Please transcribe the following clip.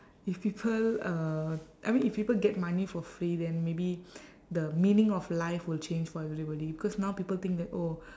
if people uh I mean if people get money for free then maybe the meaning of life will change for everybody because now people think that oh